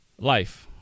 life